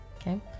Okay